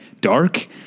dark